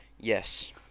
Yes